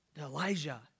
Elijah